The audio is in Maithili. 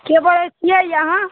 के बोले छियै अहाँ